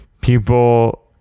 people